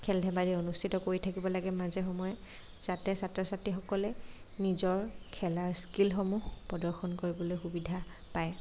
খেল ধেমালি অনুস্থিত কৰি থাকিব লাগে মাজে সময়ে যাতে ছাত্ৰ ছাত্ৰীসকলে নিজৰ খেলাৰ স্কীলসমূহ প্ৰদৰ্শন কৰিবলৈ সুবিধা পায়